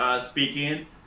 speaking